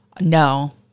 No